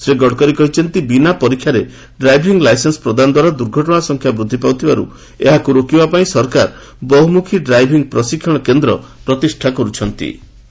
ଶ୍ରୀ ଗଡ଼କରୀ କହିଛନ୍ତି ବିନା ପରୀକ୍ଷାରେ ଡ୍ରାଇଭିଂ ଲାଇସେନ୍ସ ପ୍ରଦାନ ଦ୍ୱାରା ଦୂର୍ଘଟଣା ସଂଖ୍ୟା ବୃଦ୍ଧି ପାଉଥିବାରୁ ଏହାକୁ ରୋକିବା ପାଇଁ ସରକାର ବହୁମୁଖୀ ଡ୍ରାଇଭିଂ ପ୍ରଶିକ୍ଷଣ କେନ୍ଦ୍ର ପ୍ରତିଷ୍ଠା କର୍ ଚ୍ଚନ୍ତି